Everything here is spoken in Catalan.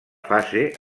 fase